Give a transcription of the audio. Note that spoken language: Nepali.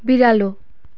बिरालो